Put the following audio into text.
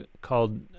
called